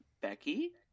Becky